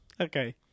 Okay